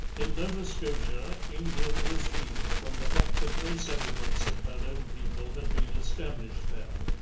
in nova scotia england was weak from the fact that no settlements of her own people had been established there.